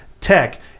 tech